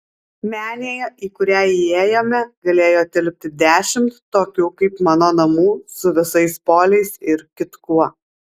menėje į kurią įėjome galėjo tilpti dešimt tokių kaip mano namų su visais poliais ir kitkuo